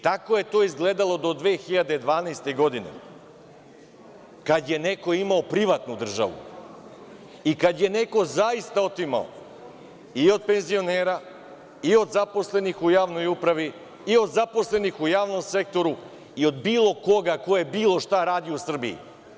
Tako je to izgledalo do 2012. godine, kad je neko imao privatnu državu i kad je neko zaista otimao i od penzionera, i od zaposlenih u javnoj upravi, i od zaposlenih u javnom sektoru, i od bilo koga ko je bilo šta radio u Srbiji.